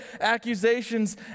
accusations